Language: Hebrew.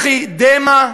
בכי, דמע.